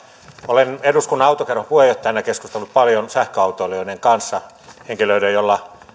olen eduskunnan autokerhon puheenjohtajana keskustellut paljon sähköautoilijoiden kanssa henkilöiden joilla